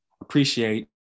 appreciate